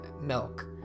milk